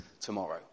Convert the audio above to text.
tomorrow